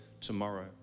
tomorrow